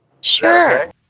Sure